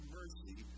mercy